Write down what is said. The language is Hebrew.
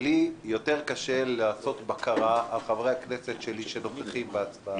לי יותר קשה לעשות בקרה על חברי הכנסת שלי שנוכחים בהצבעה